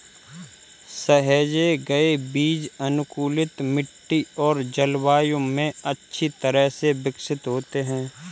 सहेजे गए बीज अनुकूलित मिट्टी और जलवायु में अच्छी तरह से विकसित होते हैं